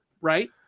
right